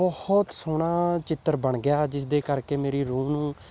ਬਹੁਤ ਸੋਹਣਾ ਚਿੱਤਰ ਬਣ ਗਿਆ ਜਿਸ ਦੇ ਕਰਕੇ ਮੇਰੀ ਰੂਹ ਨੂੰ